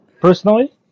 personally